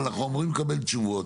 אנחנו אמורים לקבל תשובות.